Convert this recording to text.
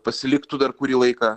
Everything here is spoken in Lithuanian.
pasiliktų dar kurį laiką